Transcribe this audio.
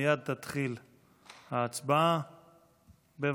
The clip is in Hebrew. מייד תתחיל ההצבעה, בבקשה.